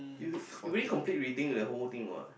you really you really complete reading the whole thing or what